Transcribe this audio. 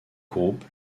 groupe